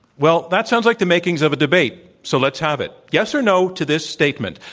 well, that sounds like the makings of a debate. so let's have it, yes, or, no, to this statement,